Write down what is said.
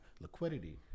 liquidity